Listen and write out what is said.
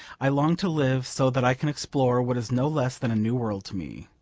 i long to live so that i can explore what is no less than a new world to me.